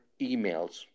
emails